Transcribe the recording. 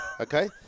okay